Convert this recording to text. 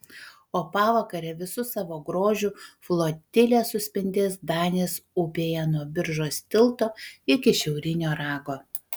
o pavakare visu savo grožiu flotilė suspindės danės upėje nuo biržos tilto iki šiaurinio rago